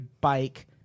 bike